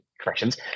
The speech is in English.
corrections